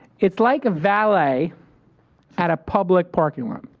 it's like a valet at a public parking lot.